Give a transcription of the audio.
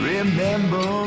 Remember